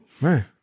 Man